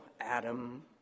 Adam